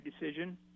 decision